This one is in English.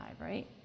right